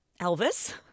Elvis